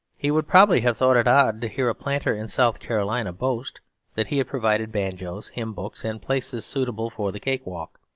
he would probably have thought it odd to hear a planter in south carolina boast that he had provided banjos, hymn-books, and places suitable for the cake-walk.